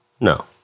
no